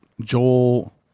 Joel